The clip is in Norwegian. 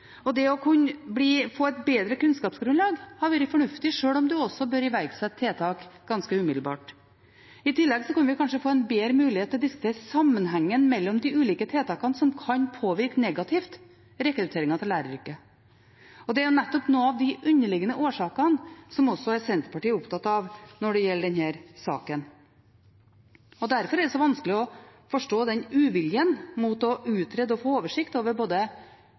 Det å få et bedre kunnskapsgrunnlag hadde vært fornuftig, selv om en også bør iverksette tiltak ganske umiddelbart. I tillegg kunne vi kanskje fått en bedre mulighet til å se sammenhengen mellom de ulike tiltakene som kan påvirke rekrutteringen til læreryrket negativt. Det er nettopp noen av de underliggende årsakene som også Senterpartiet er opptatt av når det gjelder denne saken. Derfor er det så vanskelig å forstå den uviljen mot å utrede og få oversikt over